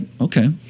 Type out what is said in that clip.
okay